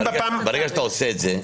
ברגע שאתה עושה את זה,